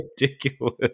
ridiculous